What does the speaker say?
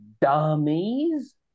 dummies